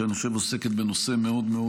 שאני חושב שעוסקת בנושא מאוד מאוד